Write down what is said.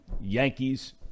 Yankees